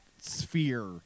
sphere